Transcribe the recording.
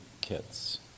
kits